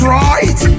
right